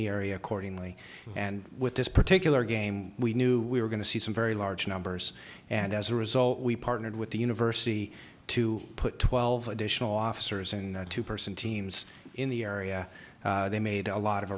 the area accordingly and with this particular game we knew we were going to see some very large numbers and as a result we partnered with the university to put twelve additional officers in a two person teams in the area they made a lot of